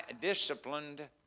disciplined